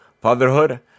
Fatherhood